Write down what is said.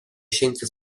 scienze